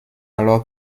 alors